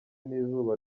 n’izuba